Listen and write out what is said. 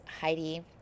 Heidi